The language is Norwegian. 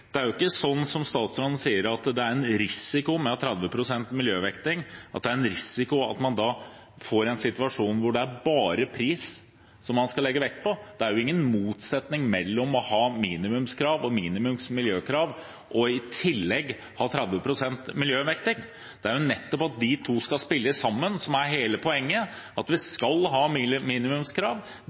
Det er ikke sånn som statsråden sier, at det er en risiko med å ha 30 pst. miljøvekting, at det er en risiko for at man får en situasjon der det bare er pris man skal legge vekt på. Det er ingen motsetning mellom å ha minimumskrav og minimums miljøkrav og i tillegg ha 30 pst. miljøvekting. Det er nettopp at de to skal spille sammen, som er hele poenget – at vi skal ha minimumskrav.